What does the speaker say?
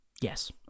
Yes